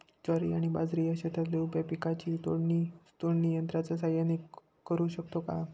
ज्वारी आणि बाजरी या शेतातील उभ्या पिकांची तोडणी ऊस तोडणी यंत्राच्या सहाय्याने करु शकतो का?